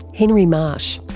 henry marsh.